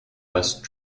west